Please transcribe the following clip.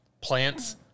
plants